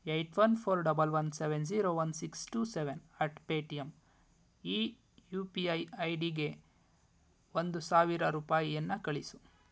eight one four double one seven zero one six two seven at Paytm ಈ U P I ಐಡಿಗೆ ಒಂದು ಸಾವಿರ ರೂಪಾಯಿಯನ್ನು ಕಳಿಸು